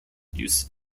use